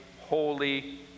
holy